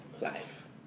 life